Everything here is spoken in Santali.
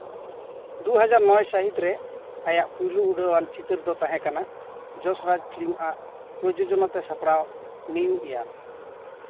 ᱫᱩ ᱦᱟᱡᱟᱨ ᱱᱚᱭ ᱥᱟᱹᱦᱤᱛ ᱨᱮ ᱟᱭᱟᱜ ᱯᱩᱭᱞᱩ ᱩᱰᱷᱟᱹᱣ ᱟᱱ ᱪᱤᱛᱟᱹᱨ ᱫᱚ ᱛᱟᱦᱮᱸ ᱠᱟᱱᱟ ᱡᱚᱥᱨᱟᱡᱽ ᱯᱷᱤᱞᱤᱢ ᱟᱜ ᱯᱨᱚᱡᱚᱡᱚᱱᱟᱛᱮ ᱥᱟᱯᱲᱟᱣ ᱱᱤᱭᱩ ᱤᱭᱟᱨᱠ